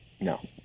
No